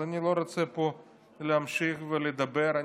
אני לא רוצה להמשיך ולדבר פה,